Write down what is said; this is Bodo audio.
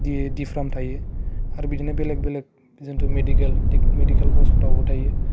थायो आरो बिदिनो बेलेक बेलेक जुन्थु मेदिकेल कर्सफ्रावबो थायो